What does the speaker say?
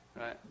right